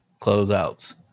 closeouts